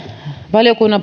valiokunnan